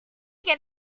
get